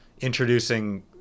introducing